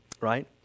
Right